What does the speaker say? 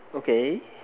okay